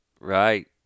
right